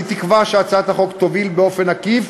אני תקווה שהצעת החוק תוביל באופן עקיף